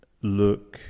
look